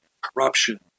corruption